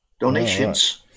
donations